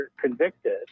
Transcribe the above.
convicted